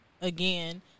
again